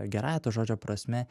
gerąja to žodžio prasme